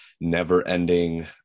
never-ending